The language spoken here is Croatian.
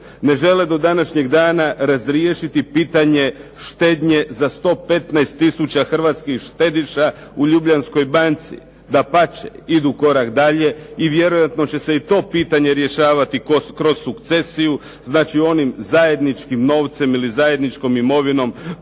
Ne žele do današnjeg dana razriješiti pitanje štednje za 115 tisuća hrvatskih štediša u Ljubljanskoj banci. Dapače, idu korak dalje i vjerojatno će se i to pitanje rješavati kroz sukcesiju, znači onim zajedničkim novcem ili zajedničkom imovinom